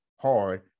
hard